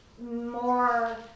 more